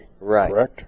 Right